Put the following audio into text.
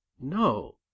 No